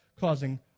causing